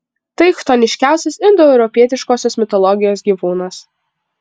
tai chtoniškiausias indoeuropietiškosios mitologijos gyvūnas